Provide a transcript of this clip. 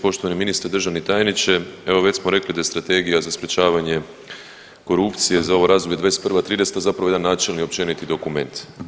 Poštovani ministre, državni tajniče evo već smo rekli da Strategija za sprječavanje korupcije za ovo razdoblje '21.-'30. zapravo jedan načelni, općeniti dokument.